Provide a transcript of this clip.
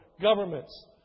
governments